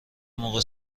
موقع